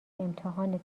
امتحان